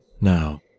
Now